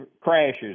crashes